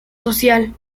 social